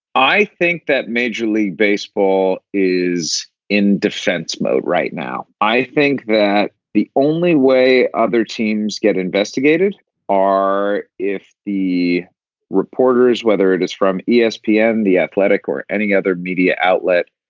i think that major league baseball is in defense mode right now. i think that the only way other teams get investigated are if the reporters, whether it is from espn, the and the athletic or any other media outlet,